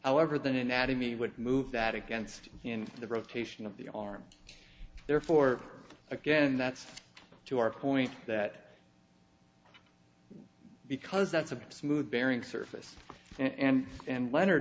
however than anatomy would move that against in the rotation of the arm therefore again that's to our point that because that's a smooth bearing surface and and leonard